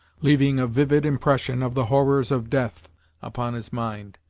leaving a vivid impression of the horrors of death upon his mind,